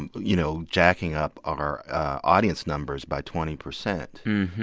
and you know, jacking up our audience numbers by twenty percent?